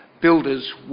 builder's